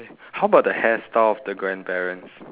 how about the hairstyle of the grandparents